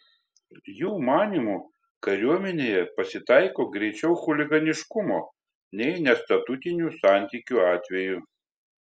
jų manymu kariuomenėje pasitaiko greičiau chuliganiškumo nei nestatutinių santykių atvejų